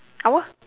apa